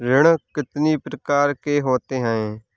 ऋण कितनी प्रकार के होते हैं?